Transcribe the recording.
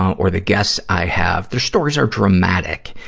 or the guests i have, their stories are dramatic.